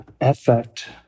effect